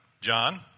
John